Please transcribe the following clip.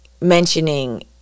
mentioning